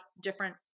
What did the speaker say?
different